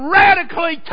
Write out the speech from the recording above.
radically